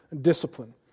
discipline